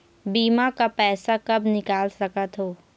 बीमा का पैसा कब निकाल सकत हो?